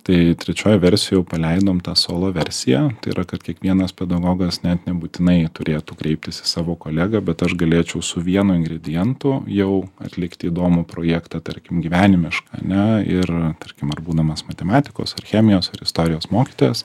tai trečioji versija jau paleidom tą solo versiją tai yra kad kiekvienas pedagogas net nebūtinai turėtų kreiptis į savo kolegą bet aš galėčiau su vienu ingredientu jau atlikti įdomų projektą tarkim gyvenimišką ane ir tarkim ar būdamas matematikos ar chemijos ar istorijos mokytojas